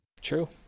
True